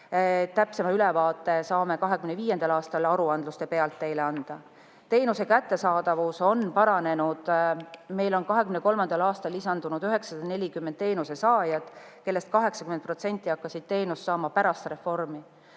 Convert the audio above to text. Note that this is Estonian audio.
Täpsema ülevaate saame 2025. aastal aruandluse pealt teile anda. Teenuse kättesaadavus on paranenud. Meil on 2023. aastal lisandunud 940 teenusesaajat, kellest 80% hakkas teenust saama pärast reformi.